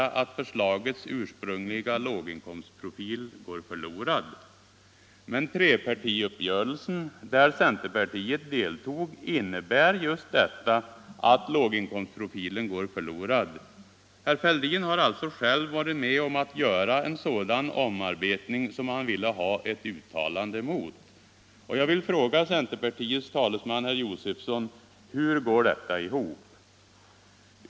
i inkomst. Men trepartiuppgörelsen, där centerpartiet deltog, innebär just att låginkomstprofilen går förlorad. Herr Fälldin har alltså själv varit med om att göra en sådan omarbetning som han vill ha ett uttalande emot! Jag vill fråga centerpartiets talesman herr Josefson: Hur går detta ihop?